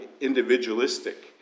individualistic